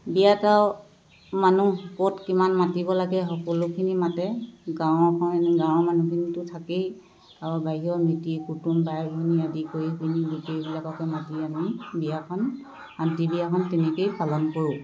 বিয়াত আৰু মানুহ ক'ত কিমান মাতিব লাগে সকলোখিনি মাতে গাঁৱৰখন গাঁৱৰ মানুহখিনিতো থাকেই আৰু বাহিৰৰ মিতিৰ কুটুম বাই ভনী আদি কৰি পিনি গোটেইবিলাককে মাতি আনি বিয়াখন শান্তি বিয়াখন তেনেকৈয়ে পালন কৰোঁ